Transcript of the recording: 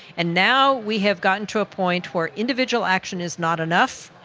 and now we have gotten to a point where individual action is not enough.